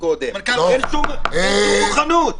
קחו חוק,